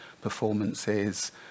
performances